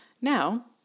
Now